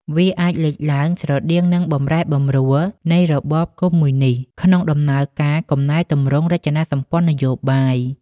វាអាចលេចឡើងស្រដៀងនឹងបម្រែបម្រួលនៃរបបកុម្មុយនិស្ត ក្នុងដំណើរកំណែទម្រង់រចនាសម្ព័ន្ធនយោបាយ។